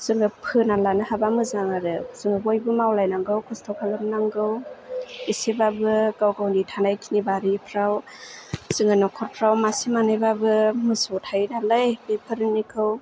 जोङो फोनानै लानो हाबा मोजां आरो जों बयबो मावलाय नांगौ खस्थ' खालामनांगौ एसेबाबो गाव गावनि थानाय खिनि बारिफ्राव जोङो नखरफ्राव मासे मानैबाबो मोसौ थायो नालाय बेफोरनिखौ